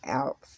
out